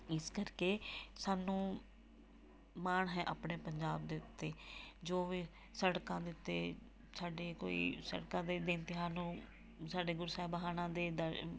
ਇਸ ਕਰਕੇ ਸਾਨੂੰ ਮਾਣ ਹੈ ਆਪਣੇ ਪੰਜਾਬ ਦੇ ਉੱਤੇ ਜੋ ਵੀ ਸੜਕਾਂ ਦੇ ਉੱਤੇ ਸਾਡੇ ਕੋਈ ਸੜਕਾਂ 'ਤੇ ਦਿਨ ਤਿਉਹਾਰ ਨੂੰ ਸਾਡੇ ਗੁਰੂ ਸਾਹਿਬਾਨਾਂ ਦੇ ਦਰ